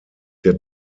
der